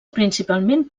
principalment